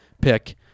pick